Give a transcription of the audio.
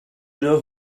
know